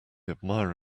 admire